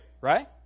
right